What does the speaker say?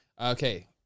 okay